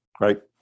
Right